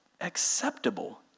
acceptable